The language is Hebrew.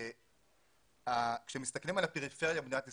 כאשר מסתכלים על הפריפריה במדינת ישראל,